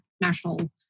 national